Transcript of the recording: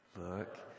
Look